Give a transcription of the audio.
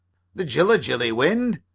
the jilla-jilly wind?